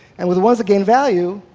and with the ones that gain value,